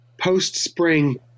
post-spring